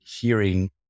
hearing